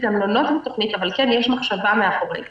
למלונות בתוכנית אבל כן יש מחשבה מאחורי זה,